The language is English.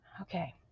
Okay